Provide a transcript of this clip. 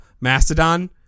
Mastodon